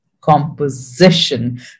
composition